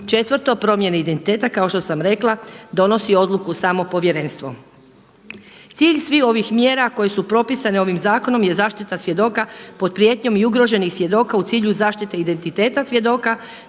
četvrto promjene identiteta kao što sam rekla donosi odluku samo povjerenstvo. Cilj sviju ovih mjera koje su propisane ovim zakonom je zaštita svjedoka pod prijetnjom i ugroženih svjedoka u cilju zaštite identiteta svjedoka